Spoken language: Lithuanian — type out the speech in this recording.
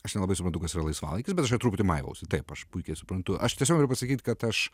aš nelabai suprantu kas yra laisvalaikis bet aš čia truputį maivausi taip aš puikiai suprantu aš tiesiog noriu pasakyt kad aš